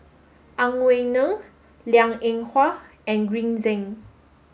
Ang Wei Neng Liang Eng Hwa and Green Zeng